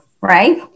Right